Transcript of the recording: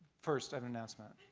first i have an announcement.